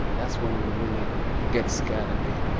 that's when you really get scared a bit.